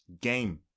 Game